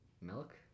Milk